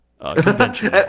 convention